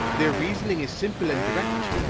their reasoning is simple and direct.